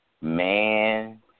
Man